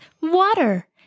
Water